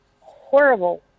horrible